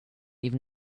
even